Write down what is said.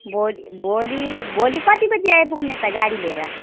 भोलि भोलि भोलि कति बजे आइपुग्ने त गाडी लिएर